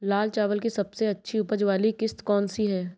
लाल चावल की सबसे अच्छी उपज वाली किश्त कौन सी है?